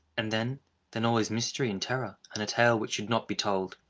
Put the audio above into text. and then then all is mystery and terror, and a tale which should not be told.